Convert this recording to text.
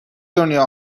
دنیا